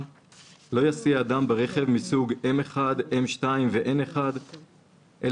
לא יסיע אדם ברכב מסוג 1M, 2M ו-1N ---"